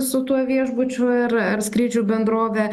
su tuo viešbučiu ir ar skrydžių bendrove